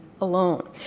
alone